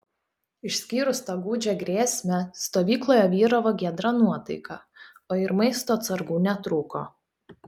išskyrus tą gūdžią grėsmę stovykloje vyravo giedra nuotaika o ir maisto atsargų netrūko